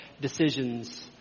decisions